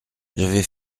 j’avais